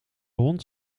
hond